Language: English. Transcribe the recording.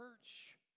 church